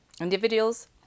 individuals